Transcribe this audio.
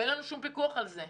ואין לנו שום פיקוח על זה.